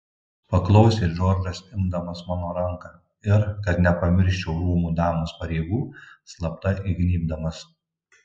paklausė džordžas imdamas mano ranką ir kad nepamirščiau rūmų damos pareigų slapta įgnybdamas